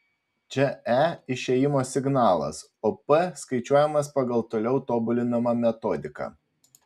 čia e išėjimo signalas o p skaičiuojamas pagal toliau tobulinamą metodiką